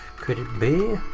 could it be?